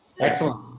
Excellent